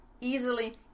easily